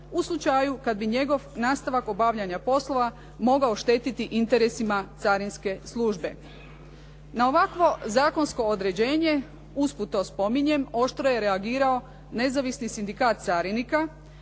u slučaju kada bi njegov nastavak obavljanja poslova mogao štetiti interesima carinske službe. Na ovakvo zakonsko određenje, usput to spominjem, oštro je reagirao Nezavisni sindikat carinika